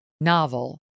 novel